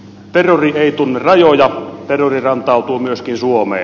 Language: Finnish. terrori ei tunne rajoja terrori rantautuu myöskin suomeen